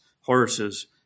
horses